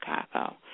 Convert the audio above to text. Chicago